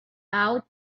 out